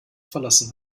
verlassen